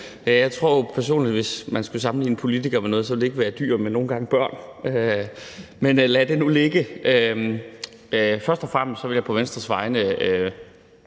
Jeg tror personligt, at hvis man skulle sammenligne politikere med noget, ville det ikke være med dyr, men nogle gange med børn. Men lad det nu ligge. Først og fremmest vil jeg på Venstres vegne